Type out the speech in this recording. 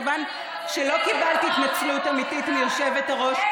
כיוון שלא קיבלת התנצלות אמיתית מהיושבת-ראש,